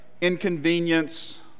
inconvenience